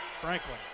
Franklin